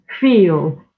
feel